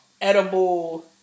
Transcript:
edible